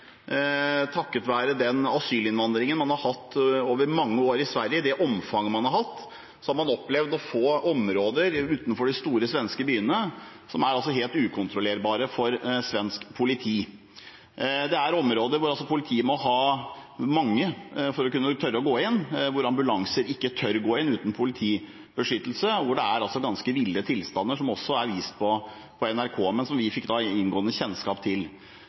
Takket være den asylinnvandringen man har hatt over mange år i Sverige – det omfanget man har hatt – har man opplevd å få områder utenfor de store svenske byene som er helt ukontrollerbare for svensk politi. Det er altså områder hvor politiet må være mange for å kunne tørre å gå inn, hvor ambulanser ikke tør gå inn uten politibeskyttelse, og hvor det er ganske ville tilstander, som også er vist på NRK, men som vi nå fikk inngående kjennskap til.